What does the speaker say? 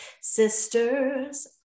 Sisters